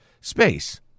space